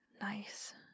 nice